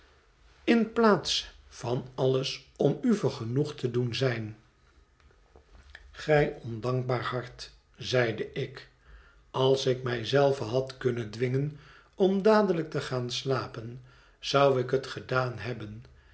in plaats van alles om u vergenoegd te doen zijn gij ondankbaar hart zeide ik als ik mij zelve had kunnen dwingen om dadelijk te gaan slapen zou ik het gedaan hebben